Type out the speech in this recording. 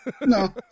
No